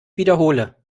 wiederhole